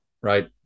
right